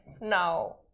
now